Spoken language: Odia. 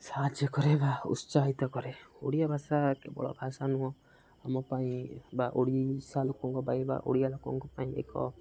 ସାହାଯ୍ୟ କରେ ବା ଉତ୍ସାହିତ କରେ ଓଡ଼ିଆ ଭାଷା କେବଳ ଭାଷା ନୁହଁ ଆମ ପାଇଁ ବା ଓଡ଼ିଶା ଲୋକଙ୍କ ପାଇଁ ବା ଓଡ଼ିଆ ଲୋକଙ୍କ ପାଇଁ ଏକ